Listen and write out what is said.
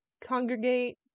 congregate